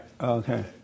Okay